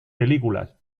películas